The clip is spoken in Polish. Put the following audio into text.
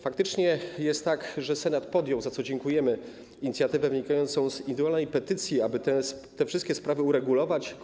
Faktycznie jest tak, że Senat podjął, za co dziękujemy, inicjatywę wynikającą z indywidualnej petycji, aby te wszystkie sprawy uregulować.